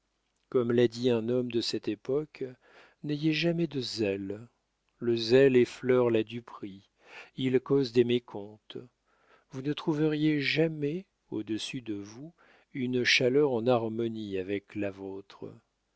comme l'a dit un homme de cette époque n'ayez jamais de zèle le zèle effleure la duperie il cause des mécomptes vous ne trouveriez jamais au-dessus de vous une chaleur en harmonie avec la vôtre